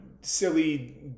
silly